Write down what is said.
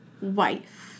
wife